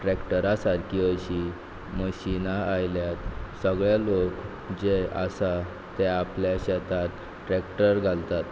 ट्रॅक्टरां सारकीं अशीं मशिनां आयल्यात सगळे लोक जे आसा ते आपले शेतात ट्रॅक्टर घालतात